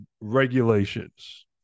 regulations